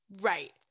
Right